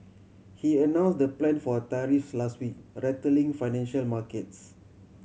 he announce the plan for tariffs last week rattling financial markets